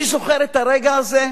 אני זוכר את הרגע הזה,